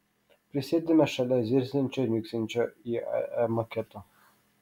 prisėdame šalia zirziančio ir mirksinčio iae maketo